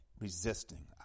resisting